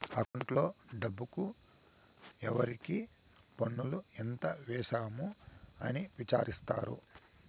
అకౌంట్లో డబ్బుకు ఎవరికి పన్నులు ఎంత వేసాము అని విచారిత్తారు